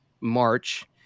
March